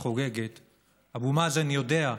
אבו מאזן יודע,